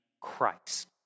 Christ